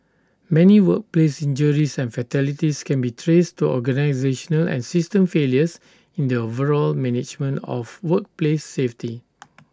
many workplace injuries and fatalities can be traced to organisational and system failures in the overall management of workplace safety